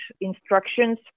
instructions